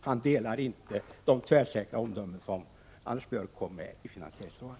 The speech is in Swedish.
Han ställer där inte upp på de tvärsäkra omdömen som Anders Björck kommer med i finansieringsfrågan.